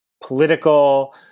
political